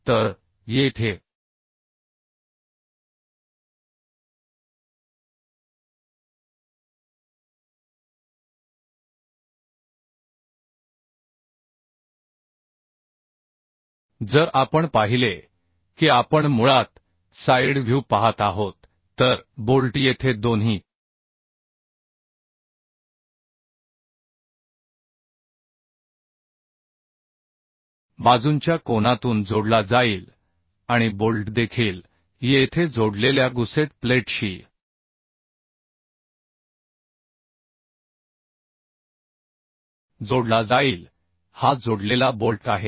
तर येथे जर आपण पाहिले की आपण मुळात साइड व्ह्यू पाहत आहोत तर बोल्ट येथे दोन्ही बाजूंच्या कोनातून जोडला जाईल आणि बोल्ट देखील येथे जोडलेल्या गुसेट प्लेटशी जोडला जाईल हा जोडलेला बोल्ट आहे